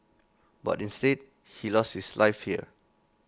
but instead he lost his life here